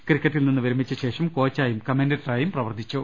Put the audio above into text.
ക്രിക്കറ്റിൽ നിന്ന് വിരമിച്ച ശേഷം കോച്ചായും കമന്റേ റ്ററായും പ്രവർത്തിച്ചു